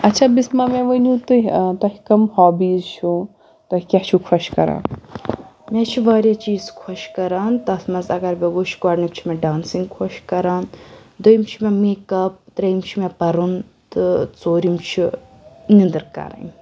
آچھا بِسمہ مےٚ ؤنِو تُہۍ ٲں تۄہہِ کٕم ہابیٖز چھُو تۄہہِ کیٛاہ چھُو خۄش کَران مےٚ حظ چھِ واریاہ چیٖز خۄش کَران تَتھ منٛز اگر بہٕ وُچھہِ گۄڈٕنیٛک چھُ مےٚ ڈانسِنٛگ خۄش کَران دوٚیِم چھُ مےٚ میک اَپ ترٛیٚیِم چھُ مےٚ پَرُن تہٕ ژوٗرِم چھِ نِنٛدٕر کَرٕنۍ